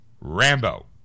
Rambo